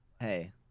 hey